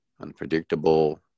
unpredictable